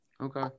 Okay